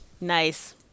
Nice